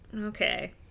Okay